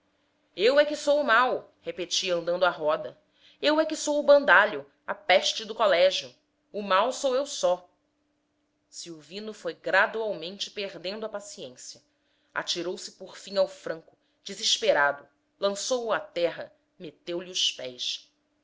eu é que sou o mau repetia andando à roda eu é que sou o bandalho a peste do colégio o mau sou eu só silvino foi gradualmente perdendo a paciência atirou-se por fim ao franco desesperado lançou o à terra meteu-lhe os pés